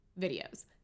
videos